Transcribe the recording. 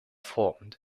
formed